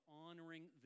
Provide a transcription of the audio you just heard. honoring